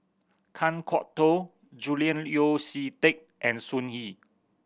Kan Kwok Toh Julian Yeo See Teck and Sun Yee